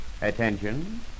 Attention